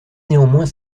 néanmoins